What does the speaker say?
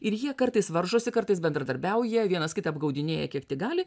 ir jie kartais varžosi kartais bendradarbiauja vienas kitą apgaudinėja kiek tik gali